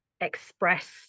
express